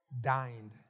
dined